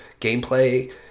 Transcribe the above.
gameplay